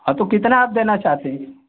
हाँ तो कितना आप देना चाहते हैं